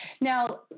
now